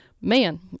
man